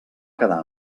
quedar